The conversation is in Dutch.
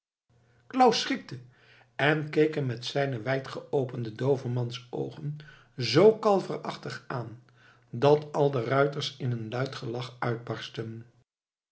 claus schrikte en keek hem met zijne wijdgeopende doovemansoogen zoo kalverachtig aan dat al de ruiters in een luid gelach uitbarstten